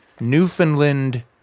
Newfoundland